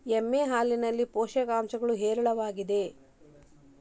ಎಮ್ಮೆ ಹಾಲಿನಲ್ಲಿ ಪೌಷ್ಟಿಕಾಂಶ ಹೇರಳವಾಗಿದೆ